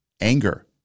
anger